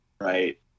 right